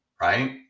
right